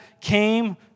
came